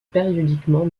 périodiquement